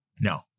No